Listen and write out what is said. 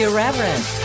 Irreverent